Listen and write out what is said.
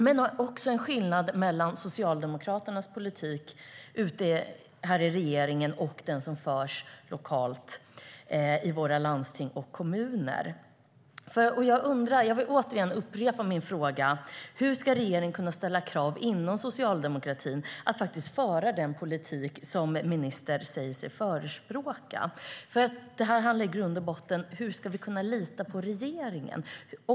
Det handlar också om skillnaden mellan Socialdemokraternas politik i regeringen och den politik som förs lokalt i våra landsting och kommuner. Jag vill upprepa min fråga: Hur ska regeringen kunna ställa krav inom socialdemokratin på att faktiskt föra den politik som ministern säger sig förespråka? Det här handlar ju i grund och botten om hur vi ska kunna lita på regeringen.